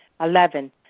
Eleven